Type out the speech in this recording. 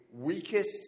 weakest